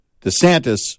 DeSantis